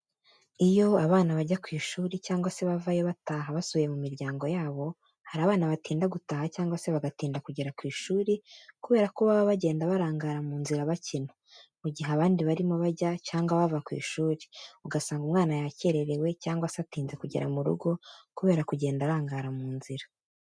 Iyo abana bajya ku ishuri cyangwa se bavayo bataha basubiye mu miryango yabo hari abana batinda gutaha cyangwa se bagatinda kugera ku ishuri kubera ko baba bagenda barangara mu nzira bakina, mu gihe abandi barimo bajya cyangwa bava ku ishuri, ugasanga umwana yakererewe cyangwa se atinze kugera mu rugo kubera kugenda arangara mu nzira.